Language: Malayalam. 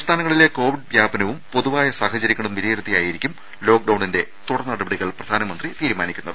സംസ്ഥാനങ്ങളിലെ കോവിഡ് വ്യാപനവും പൊതുവായ സാഹചര്യങ്ങളും വിലയിരുത്തിയായിരിക്കും ലോക്ക്ഡൌണിന്റെ തുടർനടപടികൾ പ്രധാനമന്ത്രി തീരുമാനിക്കുന്നത്